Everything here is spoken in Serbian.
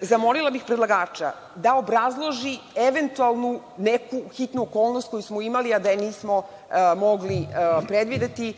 Zamolila bih predlagača da obrazloži eventualnu neku hitnu okolnost koju smo imali a da je nismo mogli predvideti.